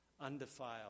undefiled